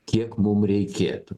kiek mum reikėtų